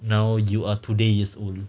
now you're today years old